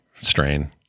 strain